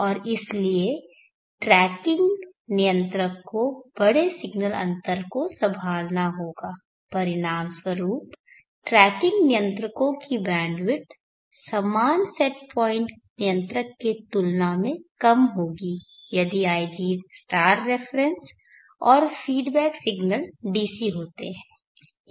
और इसलिए ट्रैकिंग नियंत्रक को बड़े सिग्नल अन्तर को संभालना होगा परिणाम स्वरुप ट्रैकिंग नियंत्रकों की बैंडविड्थ समान सेट पॉइंट नियंत्रक की तुलना में कम होगी यदि ig रेफरेन्स और फ़ीडबैक सिग्नल DC होते है